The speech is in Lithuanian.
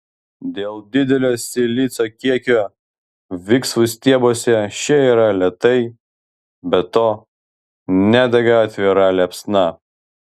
dėl didelio silicio kiekio viksvų stiebuose šie yra lėtai be to nedega atvira liepsna